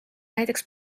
näiteks